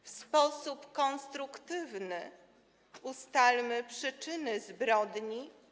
W sposób konstruktywny ustalmy przyczyny zbrodni.